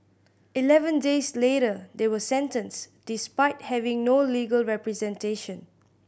eleven days later they were sentenced despite having no legal representation